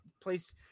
place